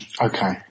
Okay